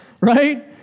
Right